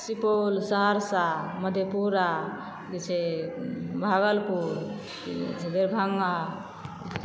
सुपौल सहरसा मधेपुरा जे छै भागलपुर की कहैत छै दरभङ्गा